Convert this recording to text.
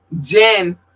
Jen